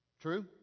True